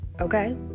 Okay